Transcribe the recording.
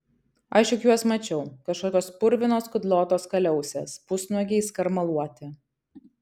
aš juk juos mačiau kažkokios purvinos kudlotos kaliausės pusnuogiai skarmaluoti